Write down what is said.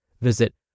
Visit